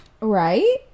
Right